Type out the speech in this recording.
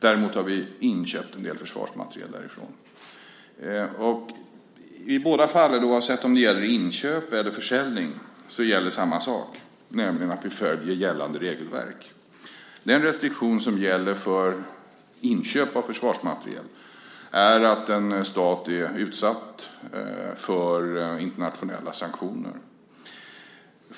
Däremot har vi inköpt en del försvarsmateriel därifrån. I båda fallen, oavsett om det gäller inköp eller försäljning, gäller samma sak, nämligen att vi följer gällande regelverk. Den restriktion som gäller för inköp av försvarsmateriel är att en stat är utsatt för internationella sanktioner.